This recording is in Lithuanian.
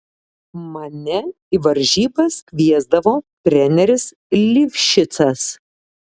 mane į varžybas kviesdavo treneris livšicas